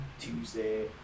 Tuesday